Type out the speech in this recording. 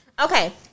Okay